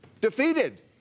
defeated